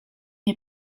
nie